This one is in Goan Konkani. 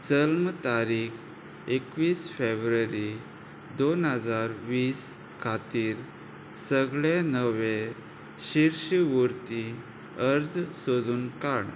जल्म तारीख एकवीस फेब्रुवरी दोन हजार वीस खातीर सगळे नवे शिर्शिवूर्ती अर्ज सोदून काड